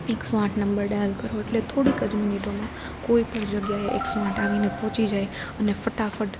એક સો આઠ નંબર ડાયલ કરો એટલે થોડીક જ મિનિટોમાં કોઈ પણ જગ્યાએ એક સો આઠ પહોંચી જાય અને ફટાફટ